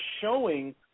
showing